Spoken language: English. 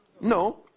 no